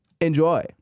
Enjoy